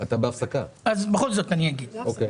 אם העוולה הזאת שדיברתי עליה קודם הייתה תלויה